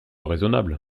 raisonnable